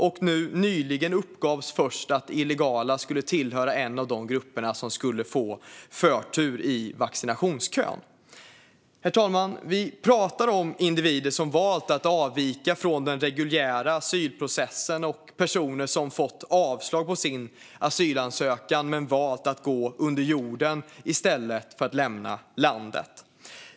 Och nyligen uppgavs först att illegala skulle vara en av de grupper som skulle få förtur i vaccinationskön. Herr talman! Vi pratar om individer som har valt att avvika från den reguljära asylprocessen och personer som har fått avslag på sin asylansökan men valt att gå under jorden i stället för att lämna landet.